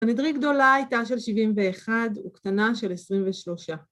הנדרי גדולה הייתה של שבעים ואחד וקטנה של עשרים ושלושה.